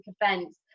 events